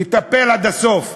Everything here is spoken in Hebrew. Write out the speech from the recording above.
יטפלו עד הסוף.